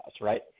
right